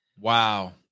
Wow